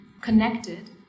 connected